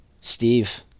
Steve